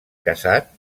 casat